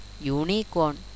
unicorn